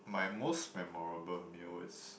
my most memorable meal is